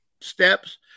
steps